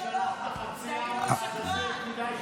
זקוק לזמן.